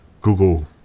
Google